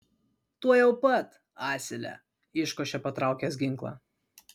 tuojau pat asile iškošė patraukęs ginklą